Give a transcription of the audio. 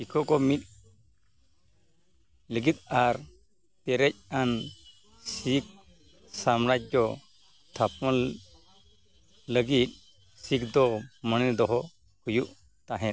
ᱥᱤᱠᱷᱚ ᱠᱚ ᱢᱤᱫ ᱞᱟᱹᱜᱤᱫ ᱟᱨ ᱯᱮᱨᱮᱡ ᱟᱱ ᱥᱤᱠᱷ ᱥᱟᱢᱨᱟᱡᱽᱡᱚ ᱛᱷᱟᱯᱚᱱ ᱞᱟᱹᱜᱤᱫ ᱥᱤᱠᱷ ᱫᱚ ᱢᱚᱱᱮ ᱫᱚᱦᱚ ᱦᱩᱭᱩᱜ ᱛᱟᱦᱮᱸᱫ